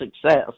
success